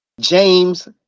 James